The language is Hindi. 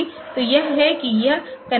तो यह है कि यह कनेक्शन उचित नहीं है